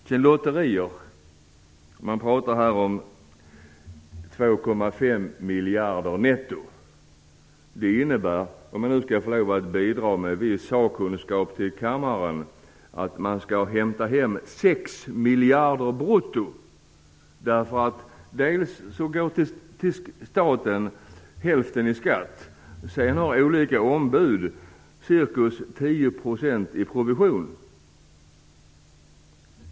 Man pratar om att det skall komma in 2,5 miljarder netto på lotterier. Det innebär, om jag får lov att bidra med viss sakkunskap till kammaren, att man skall hämta hem 6 miljarder brutto. Hälften går i skatt till staten. Olika ombud har ca 10 % i provision.